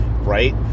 Right